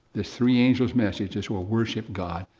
the three angels' messages, will worship god,